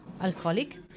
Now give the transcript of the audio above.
alcoholic